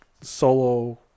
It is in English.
solo